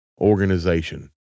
organization